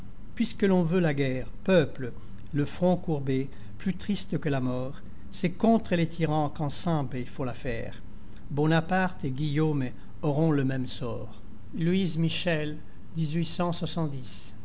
puisque l'on veut la guerre peuples le front courbé plus tristes que la mort c'est contre les tyrans qu'ensemble il faut la faire bonaparte et guillaume auront le même sort